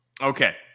okay